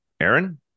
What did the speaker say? Aaron